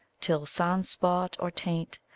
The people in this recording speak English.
till, sans spot or taint,